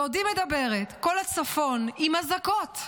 בעודי מדברת, כל הצפון עם אזעקות.